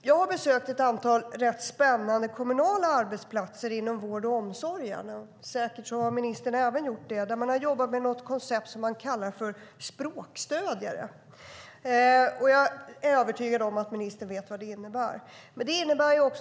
Jag har besökt ett antal rätt spännande kommunala arbetsplatser inom vård och omsorg - säkert har även ministern gjort det - där man har jobbat med ett koncept som man kallar för språkstödjare. Jag är övertygad om att ministern vet vad det innebär.